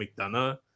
McDonough